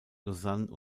lausanne